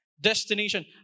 destination